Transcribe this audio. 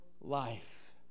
life